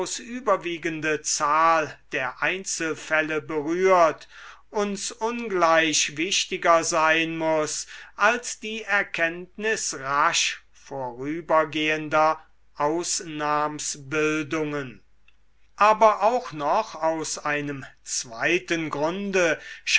überwiegende zahl der einzelfälle berührt uns ungleich wichtiger sein muß als die erkenntnis rasch vorübergehender ausnahmsbildungen aber auch noch aus einem zweiten grunde